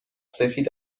سفید